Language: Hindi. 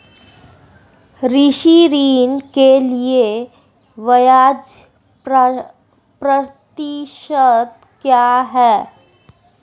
कृषि ऋण के लिए ब्याज प्रतिशत क्या है?